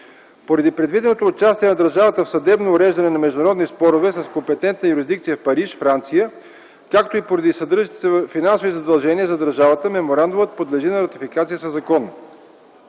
Поради предвиденото участие на държавата в съдебно уреждане на международни спорове с компетентна юрисдикция в Париж, Франция, както и поради съдържащите се финансови задължения за държавата меморандумът подлежи на ратификация със закон.